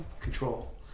control